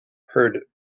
heard